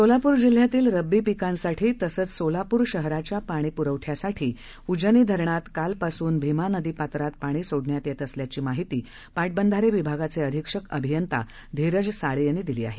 सोलापूर जिल्ह्यातील रब्बी पीकांसाठी तसेच सोलापूर शहराच्या पाणी पुरवठ्यासाठी उजनी धरणात काल पासून भिमा नदीपात्रात पाणी सोडण्यात येत असल्याची माहिती पाटबंधारे विभागाचे अधीक्षक अभियंता धीरज साळे यांनी दिली आहे